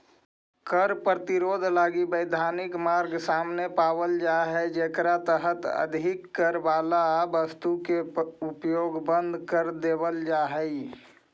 कर प्रतिरोध लगी वैधानिक मार्ग सामने पावल जा हई जेकरा तहत अधिक कर वाला वस्तु के उपयोग बंद कर देवल जा हई